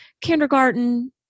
kindergarten